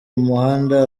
umuhanda